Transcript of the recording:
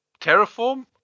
Terraform